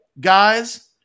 guys